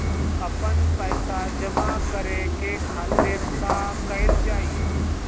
आपन पइसा जमा करे के खातिर का कइल जाइ?